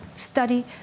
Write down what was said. study